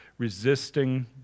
Resisting